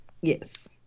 Yes